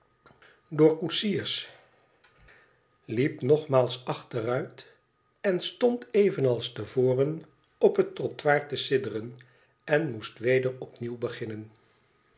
door koetsiers liep nogmaals achteruit en stond evenals te voren op het trottoir te sidderen en moest weder opnieuw beginnen